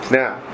now